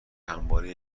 همواره